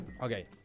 Okay